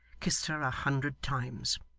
kissed her a hundred times.